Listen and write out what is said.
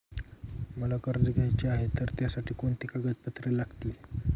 मला कर्ज घ्यायचे आहे तर त्यासाठी कोणती कागदपत्रे लागतील?